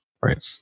Right